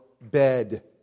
bed